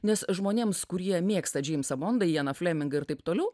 nes žmonėms kurie mėgsta džeimsą bondą janą flemingą ir taip toliau